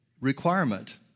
requirement